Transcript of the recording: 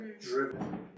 driven